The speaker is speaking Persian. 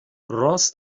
راس